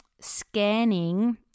scanning